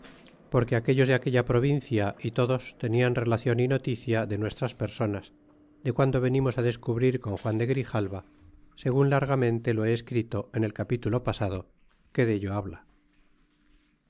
porque aquellos de aquella provincia y todos tenian relacion y noticia de nuestras personas de guando venimos descubrir con juan de grijalva segun largamente lo he escrito en el capitulo pasado que dello habla